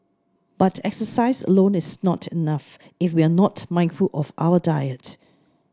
but exercise alone is not enough if we are not mindful of our diet